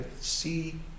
see